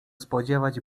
spodziewać